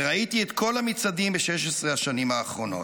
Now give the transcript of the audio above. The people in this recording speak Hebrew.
וראיתי את כל המצעדים ב-16 השנים האחרונות."